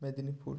Medinipur